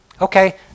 Okay